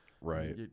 Right